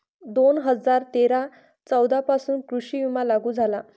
दोन हजार तेरा चौदा पासून कृषी विमा लागू झाला